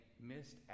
missed